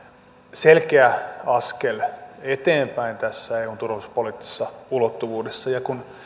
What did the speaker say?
selkeä askel eteenpäin eun turvallisuuspoliittisessa ulottuvuudessa ja kun